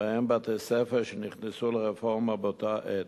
שבהן בתי-ספר שנכנסו לרפורמה באותה עת.